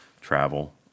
travel